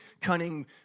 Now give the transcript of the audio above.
cunning